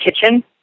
kitchen